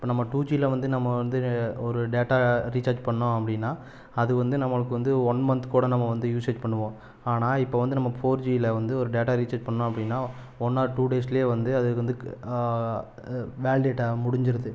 இப்போ நம்ம டூஜியில வந்து நம்ம வந்து ஒரு டேட்டா ரீசார்ஜ் பண்ணோம் அப்படின்னா அது வந்து நம்மளுக்கு வந்து ஒன் மந்த்க்கூட நம்ம வந்து யூஸேஜ் பண்ணுவோம் ஆனால் இப்போ வந்து நம்ம ஃபோர் ஜியில வந்து ஒரு டேட்டா ரீசார்ஜ் பண்ணோம் அப்படின்னா ஒன் ஆர் டூ டேஸ்ல வந்து அதுக்கு வந்து வேலிடேட்டா முடிஞ்சிருது